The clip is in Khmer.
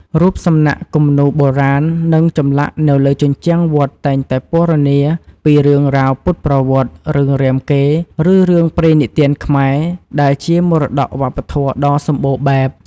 រូបសំណាក់ គំនូរបុរាណ និងចម្លាក់នៅលើជញ្ជាំងវត្តតែងតែពណ៌នាពីរឿងរ៉ាវពុទ្ធប្រវត្តិ រឿងរាមកេរ្តិ៍ ឬរឿងព្រេងនិទានខ្មែរ ដែលជាមរតកវប្បធម៌ដ៏សម្បូរបែប។